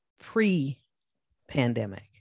pre-pandemic